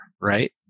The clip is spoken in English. right